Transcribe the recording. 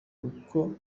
kuko